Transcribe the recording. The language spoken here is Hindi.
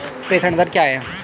प्रेषण दर क्या है?